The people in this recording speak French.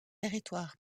territoire